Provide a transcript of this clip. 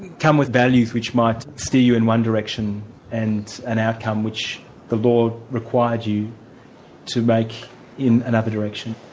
come with values which might steer you in one direction and an outcome which the law required you to make in another direction?